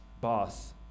boss